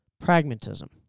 pragmatism